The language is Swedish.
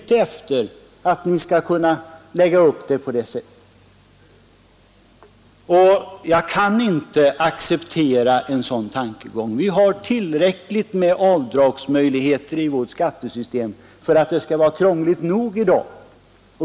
Men det är ju det ni är ute efter. Jag kan inte acceptera denna tankegång. Vi har tillräckligt med avdragsmöjligheter i vårt skattesystem för att det redan nu skall vara krångligt nog.